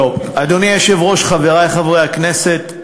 טוב, אדוני היושב-ראש, חברי חברי הכנסת,